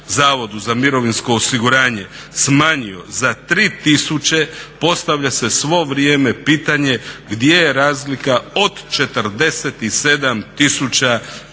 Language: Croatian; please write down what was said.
prema prijavama na HZMO smanjio za 3 tisuće postavlja se svo vrijeme pitanje, gdje je razlika od 47 tisuća